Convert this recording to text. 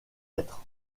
êtres